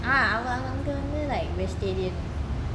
ah I அனா வந்து அவங்க:ana vanthu avanga like vegetarian